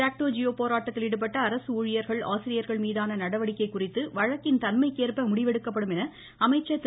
ஜாக்டோ ஜியோ போராட்டத்தில் ஈடுபட்ட அரசு ஊழியர்கள் ஆசிரியர்கள்மீதான நடவடிக்கை குறித்து வழக்கின் தன்மைக்கேற்ப முடிவெடுக்கப்படும் என்று அமைச்சர் திரு